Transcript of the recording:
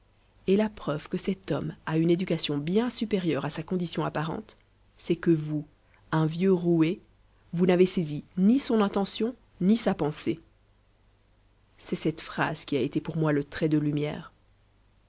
et la preuve que cet homme a une éducation bien supérieure à sa condition apparente c'est que vous un vieux roué vous n'avez saisi ni son intention ni sa pensée c'est cette phrase qui a été pour moi le trait de lumière